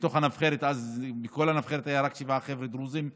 מכל הנבחרת היו רק שבעה חבר'ה דרוזים.